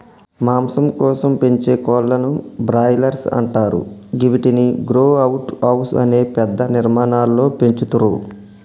మాంసం కోసం పెంచే కోళ్లను బ్రాయిలర్స్ అంటరు గివ్విటిని గ్రో అవుట్ హౌస్ అనే పెద్ద నిర్మాణాలలో పెంచుతుర్రు